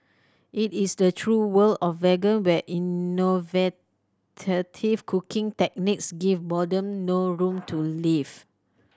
it is the true world of vegan where cooking techniques give boredom no room to live